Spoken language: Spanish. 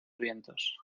vientos